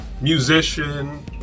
musician